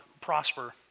prosper